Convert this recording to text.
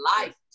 life